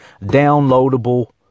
downloadable